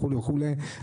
אנחנו